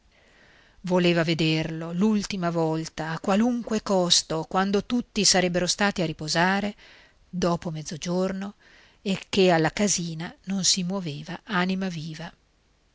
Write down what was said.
voleva vederlo l'ultima volta a qualunque costo quando tutti sarebbero stati a riposare dopo mezzogiorno e che alla casina non si moveva anima viva